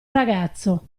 ragazzo